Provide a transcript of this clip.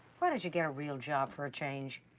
why don't you get a real job, for a change?